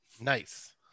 Nice